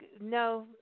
no